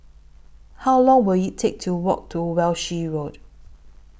How Long Will IT Take to Walk to Walshe Road